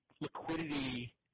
Liquidity